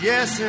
Yes